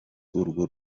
urwo